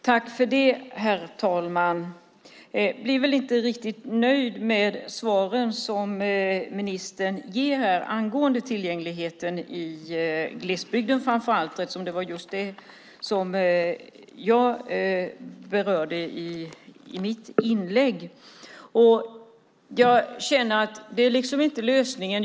Herr talman! Jag blev inte riktigt nöjd med svaren som ministern gav här om tillgängligheten framför allt i glesbygden. Det var just det som jag berörde i mitt inlägg. Jag känner att detta inte är lösningen.